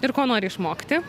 ir ko nori išmokti